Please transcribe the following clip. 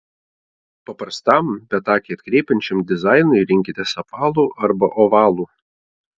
paprastam bet akį atkreipiančiam dizainui rinkitės apvalų arba ovalų